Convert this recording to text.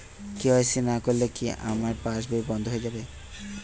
KYC না করলে কি আমার পাশ বই বন্ধ হয়ে যাবে?